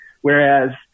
Whereas